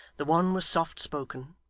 the one was soft-spoken,